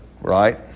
Right